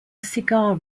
cigar